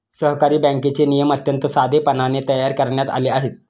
सहकारी बँकेचे नियम अत्यंत साधेपणाने तयार करण्यात आले आहेत